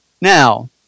now